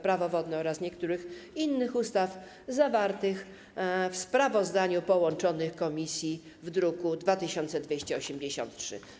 Prawo wodne oraz niektórych innych ustaw, zawartego w sprawozdaniu połączonych komisji w druku nr 2283.